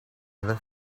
other